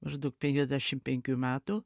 maždaug penkiasdešim penkių metų